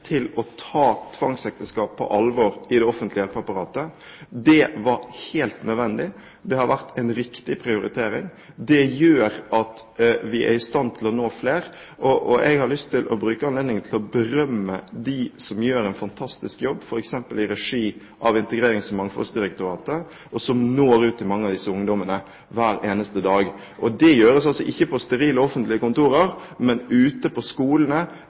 til å ta tvangsekteskap på alvor i det offentlige hjelpeapparatet. Det var helt nødvendig, det har vært en viktig prioritering, og det gjør at vi er i stand til å nå flere. Jeg har lyst til å bruke anledningen til å berømme dem som gjør en fantastisk jobb, f.eks. i regi av Integrerings- og mangfoldsdirektoratet, og som når ut til mange av disse ungdommene hver eneste dag. Det gjøres altså ikke på sterile og offentlige kontorer, men ute på skolene,